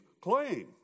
claim